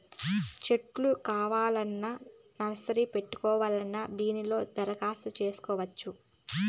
సెట్లు కావాలన్నా నర్సరీ పెట్టాలన్నా దీనిలో దరఖాస్తు చేసుకోవచ్చు